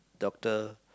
doctor